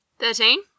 Thirteen